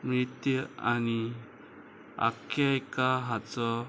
नृत्य आनी आख्यायीका हाचो